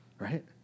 Right